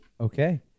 Okay